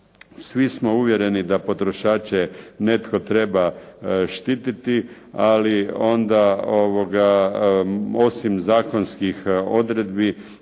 Svi smo uvjereni da potrošače netko treba štititi. Ali onda osim zakonskih odredbi